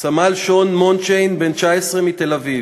סמל שון מונדשיין, בן 19, מתל-אביב,